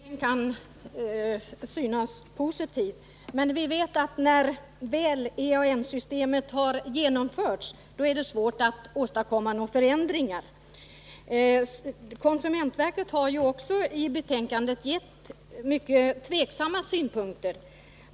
Herr talman! Det är riktigt att skrivningen kan synas positiv. Men när EAN-systemet väl har genomförts är det svårt att åstadkomma någon ändring. Från konsumentverket redovisas också i betänkandet mycket tveksamma synpunkter.